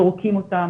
זורקים אותם,